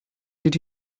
did